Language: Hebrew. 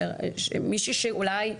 שמישהי שאולי,